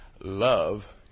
love